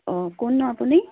অঁ কোন আপুনি